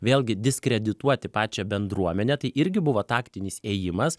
vėlgi diskredituoti pačią bendruomenę tai irgi buvo taktinis ėjimas